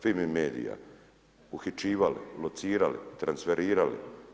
Fimi medija, uhićivali, locirali, transferirali.